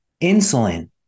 Insulin